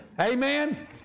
Amen